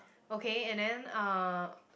okay and then uh